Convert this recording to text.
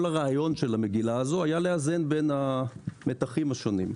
הרעיון של המגילה הזאת היה לאזן בין המתחים השונים.